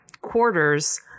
quarters